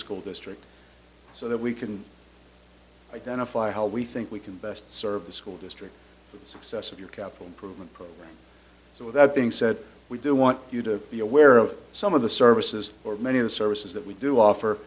school district so that we can identify how we think we can best serve the school district with the success of your capital improvement program so with that being said we do want you to be aware of some of the services or many of the services that we do offer